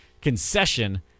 concession